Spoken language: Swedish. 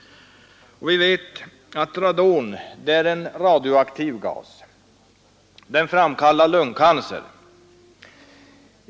Radon är en radioaktiv gas. Den framkallar lungcancer.